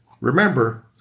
Remember